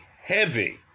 heavy